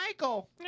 Michael